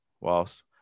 whilst